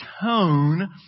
tone